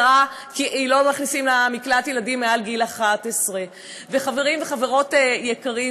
כי לא מכניסים למקלט ילדים מעל גיל 11. חברים וחברות יקרים,